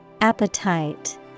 Appetite